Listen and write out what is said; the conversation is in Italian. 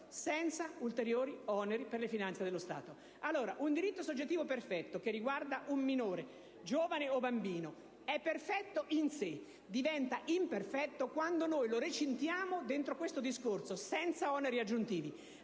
«senza ulteriori oneri per le finanze dello Stato». Il diritto soggettivo perfetto che riguarda un minore, giovane o bambino, è perfetto in sé; ma diventa imperfetto quando lo recitiamo dentro il discorso «senza oneri aggiuntivi».